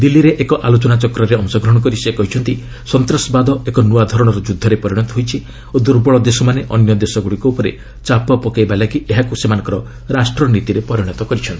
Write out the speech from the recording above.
ଦିଲ୍ଲୀରେ ଏକ ଆଲୋଚନାରେ ଅଂଶଗ୍ରହଣ କରି ସେ କହିଛନ୍ତି ସନ୍ତାସବାଦ ଏକ ନୂଆ ଧରଣର ଯୁଦ୍ଧରେ ପରିଣତ ହୋଇଛି ଓ ଦୁର୍ବଳ ଦେଶମାନେ ଅନ୍ୟ ଦେଶଗୁଡ଼ିକ ଉପରେ ଚାପ ପକାଇବା ପାଇଁ ଏହାକୁ ସେମାନଙ୍କର ରାଷ୍ଟ୍ରନୀତିରେ ପରିଣତ କରିଚ୍ଛନ୍ତି